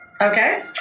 Okay